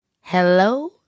Hello